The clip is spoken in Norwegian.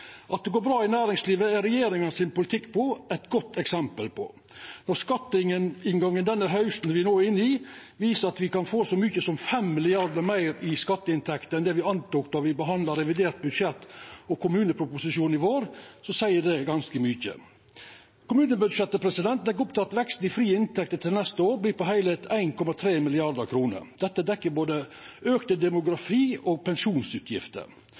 At det går bra i næringslivet, er regjeringa sin politikk eit godt eksempel på. Når skatteinngangen denne hausten me no er inne i, viser at me kan få så mykje som 5 mrd. kr meir i skatteinntekter enn det me antok då me behandla revidert budsjett og kommuneproposisjonen i vår, så seier det ganske mykje. Kommunebudsjettet legg opp til at veksten i frie inntekter til neste år vert på heile 1,3 mrd. kr. Dette dekkjer auken i både demografi- og pensjonsutgifter.